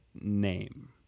name